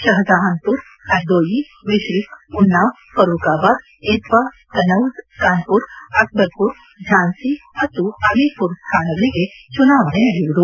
ಶಪಜಪಾನ್ಮರ್ ಪರ್ದೋಯಿ ಮಿಶ್ರಿಕ್ ಉನ್ನಾವ್ ಫರೂಖಾಬಾದ್ ಎತ್ವಾ ಕನೌಜ್ ಕಾನ್ಪುರ್ ಅಕ್ಷರ್ಮರ್ ಝಾನ್ಸಿ ಮತ್ತು ಅಮೀರ್ಮರ್ ಸ್ಥಾನಗಳಿಗೆ ಚುನಾವಣೆ ನಡೆಯುವುದು